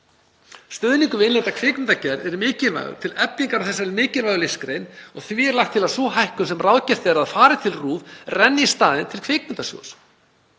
Stuðningur við innlenda kvikmyndagerð er mikilvægur til eflingar á þessari mikilvægu listgrein og því er lagt til að sú hækkun sem ráðgert er að fari til RÚV renni í staðinn til Kvikmyndasjóðs.